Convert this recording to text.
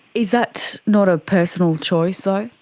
is that not a personal choice though?